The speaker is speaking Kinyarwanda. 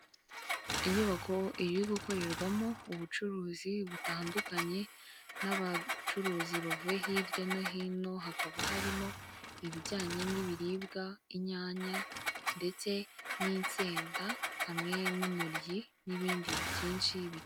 Inyubako iri gukorerwamo ubucuruzi butandukanye n'abacuruzi bavuye hirya no hino, hakaba harimo ibijyanye n'ibiribwa inyanya ndetse n'insenda hamwe n'intoryi n'ibindi byinshi.